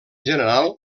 general